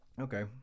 Okay